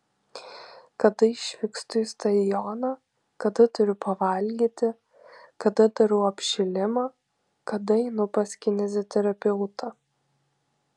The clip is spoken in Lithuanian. kada išvykstu į stadioną kada turiu pavalgyti kada darau apšilimą kada einu pas kineziterapeutą